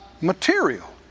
material